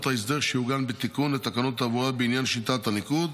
ההסדר שיעוגן בתיקון לתקנות התעבורה בעניין שיטת הניקוד,